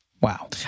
Wow